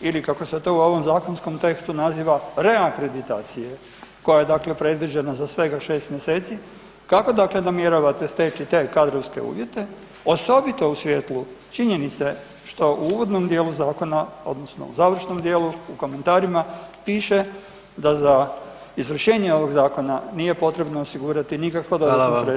ili kako se to u ovom zakonskom tekstu naziva reakreditacije koja je dakle predviđena za svega 6 mjeseci, kako dakle namjeravate steći te kadrovske uvjete osobito u svijetlu činjenice što u uvodnom dijelu zakona odnosno u završnom dijelu u komentarima piše da za izvršenje ovog zakona nije potrebno osigurati nikakva dodatna sredstva u proračunu?